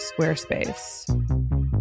Squarespace